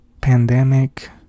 pandemic